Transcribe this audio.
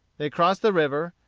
they crossed the river,